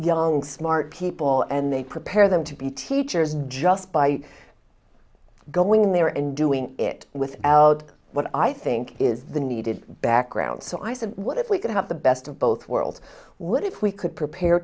young smart people and they prepare them to be teachers just by going in there and doing it without what i think is the needed background so i said what if we could have the best of both worlds what if we could prepare